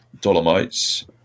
Dolomites